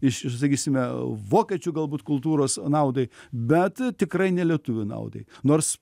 iš sakysime vokiečių galbūt kultūros naudai bet tikrai ne lietuvių naudai nors